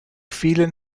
vielen